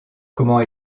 comment